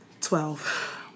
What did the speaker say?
Twelve